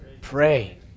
Pray